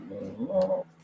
No